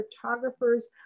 photographers